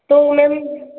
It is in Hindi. तो मेम